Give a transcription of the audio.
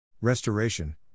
restoration